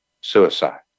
suicide